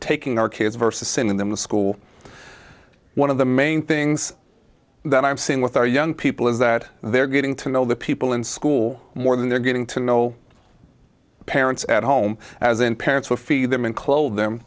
taking our kids versus in the school one of the main things that i'm seeing with our young people is that they're getting to know the people in school more than they're getting to know parents at home as in parents we feed them and clothe them